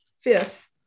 fifth